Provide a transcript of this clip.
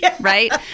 right